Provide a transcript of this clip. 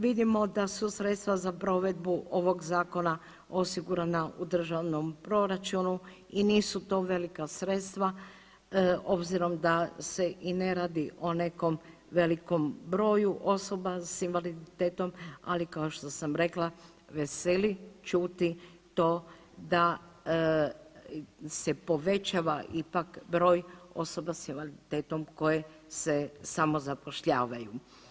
Vidimo da su sredstva za provedbu ovog zakona osigurana u državnom proračunu i nisu to velika sredstva obzirom da se i ne radi o nekom velikom broju osoba sa invaliditetom, ali kao što sam rekla veseli čuti to da se povećava ipak osoba sa invaliditetom koje se samozapošljavaju.